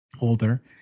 older